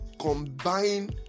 Combine